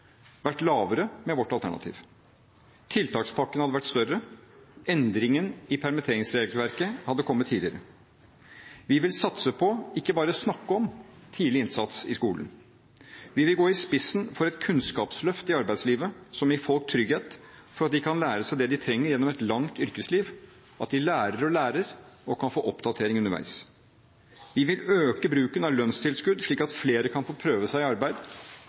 vært lavere med vårt alternativ. Tiltakspakkene hadde vært større, endringene i permitteringsregelverket hadde kommet tidligere. Vi vil satse på, ikke bare snakke om, tidlig innsats i skolen. Vi vil gå i spissen for et kunnskapsløft i arbeidslivet som gir folk trygghet for at de kan lære seg det de trenger gjennom et langt yrkesliv, at de lærer og lærer og kan få oppdatering underveis. Vi vil øke bruken av lønnstilskudd, slik at flere kan få prøve seg i arbeid.